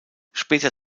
später